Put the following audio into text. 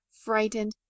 frightened